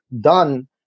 done